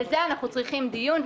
על זה אנחנו צריכים דיון.